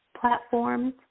platforms